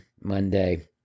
Monday